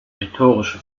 rhetorische